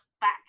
back